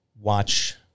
watch